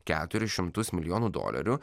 keturis šimtus milijonų dolerių